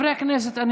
(קוראת בשמות חברי הכנסת) משה אבוטבול,